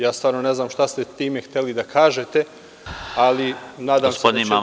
Ja stvarno ne znam šta ste time hteli da kažete, ali nadam se